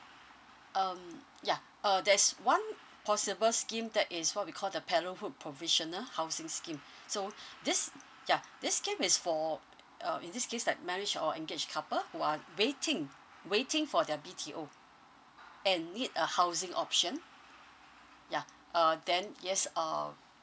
um ya uh there's one possible scheme that is what we call the parenthood provisional housing scheme so this ya this scheme is for um in this case like marriage or engaged couple who are waiting waiting for their B_T_O and need a housing option ya uh then yes um